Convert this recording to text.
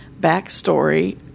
backstory